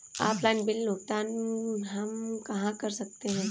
Offline bill भुगतान हम कहां कर सकते हैं?